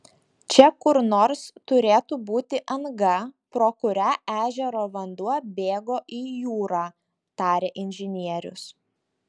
čia kur nors turėtų būti anga pro kurią ežero vanduo bėgo į jūrą tarė inžinierius